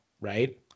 Right